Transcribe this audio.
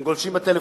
הם גולשים בטלפון,